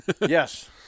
Yes